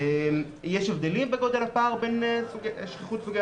יש הבדלים בגודל הפער בין שכיחות סוגי